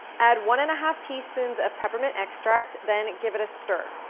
add one-and-a-half teaspoons of peppermint extract, then give it a stir.